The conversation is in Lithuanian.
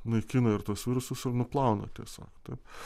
naikina ir tuos virusus ir nuplauna tiesiog taip